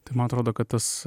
tai man atrodo kad tas